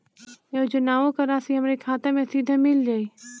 योजनाओं का राशि हमारी खाता मे सीधा मिल जाई?